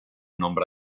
nombre